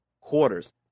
quarters